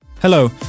Hello